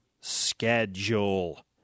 schedule